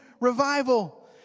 revival